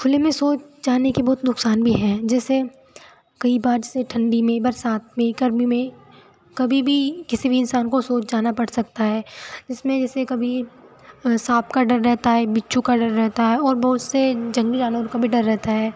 खुले में शौच जाने के बहुत नुकसान भी हैं जैसे कई बार जैसे ठंडी में बरसात में गर्मी में कभी भी किसी भी इंसान को सोच जाना पड़ सकता है इसमें जैसे कभी सांप का डर रहता है बिच्छू का रहता है और बहुत से जंगली जानवर का भी डर रहता है